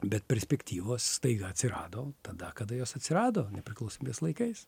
bet perspektyvos staiga atsirado tada kada jos atsirado nepriklausomybės laikais